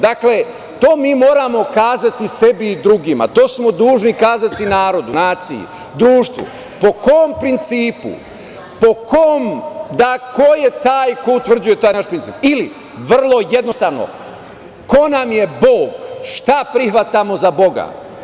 Dakle, to mi moramo sebi i drugima, to smo dužni kazati narodu, naciji, društvu, po kom principu, ko je taj koji utvrđuje taj naš princip, ili vrlo jednostavno, ko nam je Bog, šta prihvatimo za Boga?